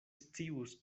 scius